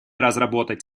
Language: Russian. разработать